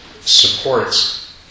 supports